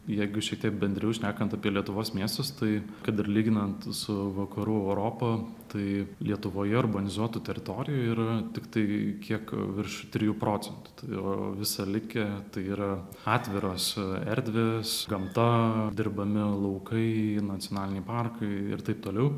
jeigu šiek tiek bendriau šnekant apie lietuvos miestus tai kad ir lyginant su vakarų europa tai lietuvoje urbanizuotų teritorijų yra tiktai kiek virš trijų procentų o visa likę tai yra atviros erdvės gamta dirbami laukai nacionaliniai parkai ir taip toliau